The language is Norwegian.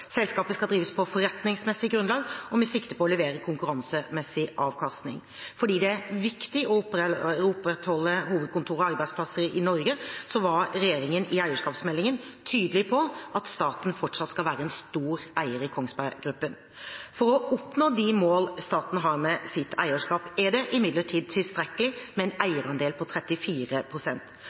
Selskapet skal drives på forretningsmessig grunnlag og med sikte på å levere konkurransemessig avkastning. Fordi det er viktig å opprettholde hovedkontoret og arbeidsplasser i Norge, var regjeringen i eierskapsmeldingen tydelig på at staten fortsatt skal være en stor eier i Kongsberg Gruppen. For å oppnå de mål staten har med sitt eierskap, er det imidlertid tilstrekkelig med en eierandel på